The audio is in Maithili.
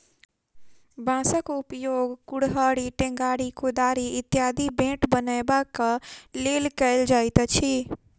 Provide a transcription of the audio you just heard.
बाँसक उपयोग कुड़हड़ि, टेंगारी, कोदारि इत्यादिक बेंट लगयबाक लेल कयल जाइत अछि